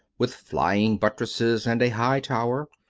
with flying buttresses and a high tower,